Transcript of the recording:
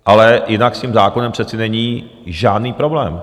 Ale jinak s tím zákonem přece není žádný problém.